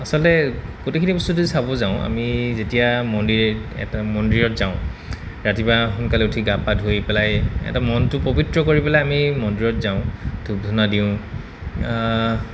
আচলতে গোটেইখিনি বস্তু যদি চাব যাওঁ আমি যেতিয়া মন্দিৰ এটা মন্দিৰত যাওঁ ৰাতিপুৱা সোনকালে উঠি গা পা ধুই পেলাই এটা মনটো পৱিত্ৰ কৰি পেলাই আমি মন্দিৰত যাওঁ ধূপ ধূনা দিওঁ